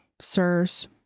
sirs